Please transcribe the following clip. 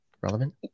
relevant